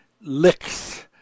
licks